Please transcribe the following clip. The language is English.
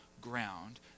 ground